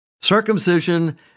circumcision